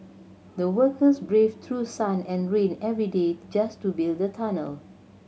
the workers braved through sun and rain every day just to build the tunnel